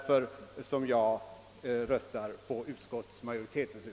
Jag kommer att rösta för utskottets hemställan.